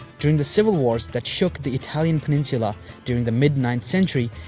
during the civil wars that shook the italian peninsula during the mid-ninth century,